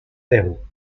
déu